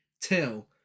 Till